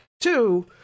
Two